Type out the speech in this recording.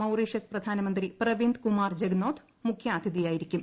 Mauritius പ്രധാനമന്ത്രി പ്രവിന്ദ് കുമാർ ജഗ്നോഥ് മുഖ്യാതിഥിയാകും